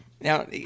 now